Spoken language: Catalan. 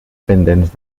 pendents